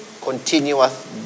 continuous